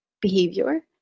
behavior